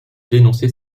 dénoncer